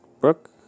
Brooke